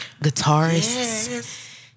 guitarist